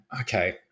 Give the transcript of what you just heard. Okay